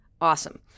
awesome